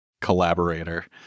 collaborator